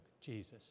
Jesus